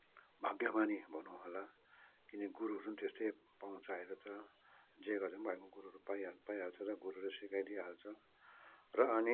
भाग्यमानी भनौँ होला किन गुरुहरू पनि त्यस्तै पाउँछ अहिले त जे गरे पनि भयो गुरुहरू पाइ हाल पाइहाल्छ र गुरुले सिकाइदिङहाल्छ र अनि